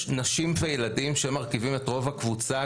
יש נשים וילדים שהם מרכיבים את רוב הקבוצה.